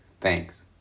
Thanks